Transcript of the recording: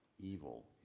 evil